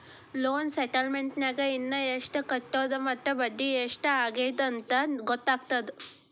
loan ಸ್ಟೇಟಮೆಂಟ್ನ್ಯಾಗ ಇನ ಎಷ್ಟ್ ಕಟ್ಟೋದದ ಮತ್ತ ಬಡ್ಡಿ ಎಷ್ಟ್ ಆಗ್ಯದಂತ ಗೊತ್ತಾಗತ್ತ